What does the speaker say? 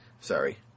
sorry